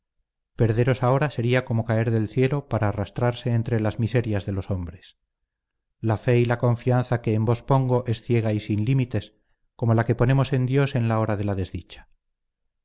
perderos ahora sería como caer del cielo para arrastrarse entre las miserias de los hombres la fe y la confianza que en vos pongo es ciega y sin límites como la que ponemos en dios en la hora de la desdicha